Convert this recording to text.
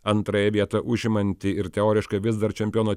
antrąją vietą užimantį ir teoriškai vis dar čempiono